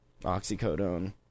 oxycodone